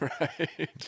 Right